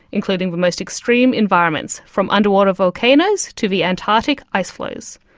including the most extreme environments, from underwater volcanoes to the antarctic ice floes.